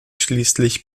schließlich